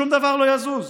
שום דבר לא יזוז.